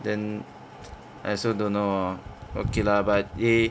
then I also don't know lor okay lah but they